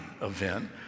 event